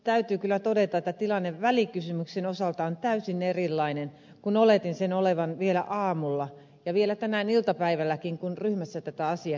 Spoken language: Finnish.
täytyy kyllä todeta että tilanne välikysymyksen osalta on täysin erilainen kuin oletin sen olevan vielä aamulla ja vielä tänään iltapäivälläkin kun ryhmässä tätä asiaa käsiteltiin